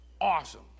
awesome